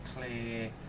clear